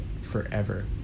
forever